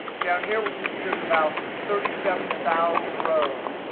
down here, we can see there's about thirty seven thousand rows.